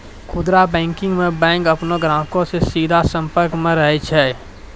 खुदरा बैंकिंग मे बैंक अपनो ग्राहको से सीधा संपर्क मे रहै छै